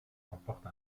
comporte